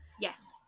Yes